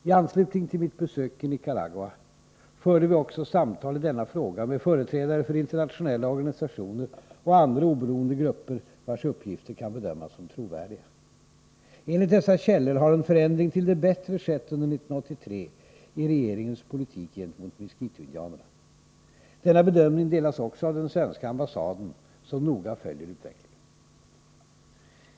I anslutning till mitt besök i Nicaragua förde vi också samtal i denna fråga med företrädare för internationella organisationer och andra oberoende grupper, vars uppgifter kan bedömas som trovärdiga. Enligt dessa källor har en förändring till det bättre skett under 1983 i regeringens politik gentemot miskitoindianerna. Denna bedömning delas också av den svenska ambassaden som noga följer utvecklingen.